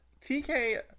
TK